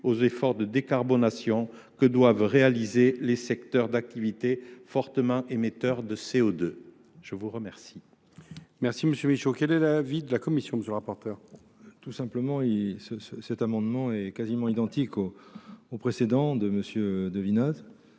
aux efforts de décarbonation que doivent réaliser les secteurs d’activité fortement émetteurs de CO2. Quel